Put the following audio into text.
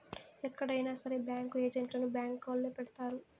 ఎక్కడైనా సరే బ్యాంకు ఏజెంట్లను బ్యాంకొల్లే పెడతారు